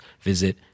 visit